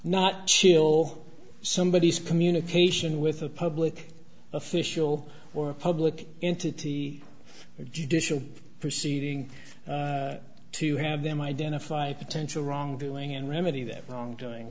not chill somebodies communication with a public official or a public entity judicial proceeding to have them identify potential wrongdoing and remedy that wrongdoing